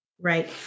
Right